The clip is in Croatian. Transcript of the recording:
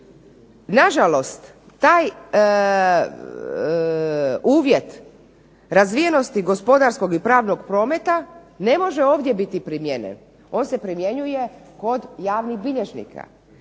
Nažalost, taj uvjet razvijenosti gospodarskog i pravnog prometa ne može ovdje biti primijenjen, on se primjenjuje kod javnih bilježnika.